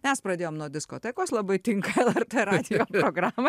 mes pradėjom nuo diskotekos labai tinka lrt radijo programai